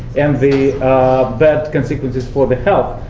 and the bad consequences for the health,